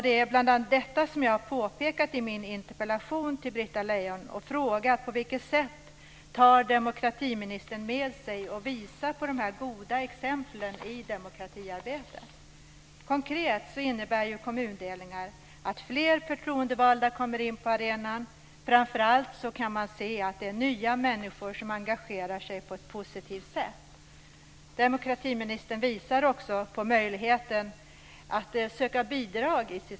Det är bl.a. detta som jag har påpekat i min interpellation till Britta Lejon, och jag har frågat på vilket sätt demokratiministern visar på de här goda exemplen i demokratiarbetet. Konkret innebär ju kommundelningar att fler förtroendevalda kommer in på arenan. Framför allt kan man se att det är nya människor som engagerar sig på ett positivt sätt. Demokratiministern visade i sitt svar också på möjligheten att söka bidrag.